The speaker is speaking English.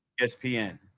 ESPN